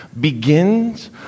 begins